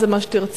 מה זה מה שתרצה?